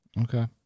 Okay